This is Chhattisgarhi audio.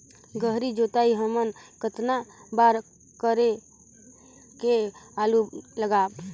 गहरी जोताई हमन कतना बार कर के आलू लगाबो?